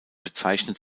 bezeichnet